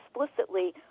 explicitly